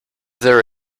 there